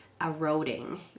eroding